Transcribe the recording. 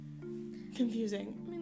confusing